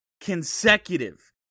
consecutive